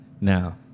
Now